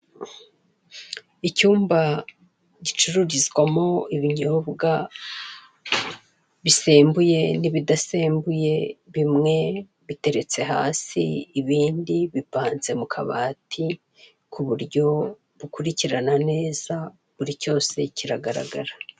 Icyumba gicururizwamo ibinyobwa bisembuye n'ibidasembuye bimwe biteretse hasi ibindi bipanze mu kabati kuburyo ukurikirana neza buri cyose kiragaragara.